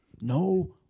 No